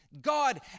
God